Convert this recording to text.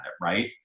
right